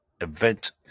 event